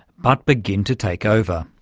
but begin to take over.